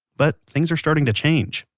but things are starting to change.